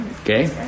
Okay